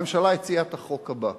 הממשלה הציעה את החוק הבא,